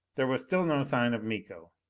there was still no sign of miko.